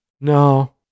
No